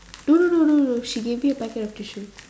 no no no no no she give me a packet of tissue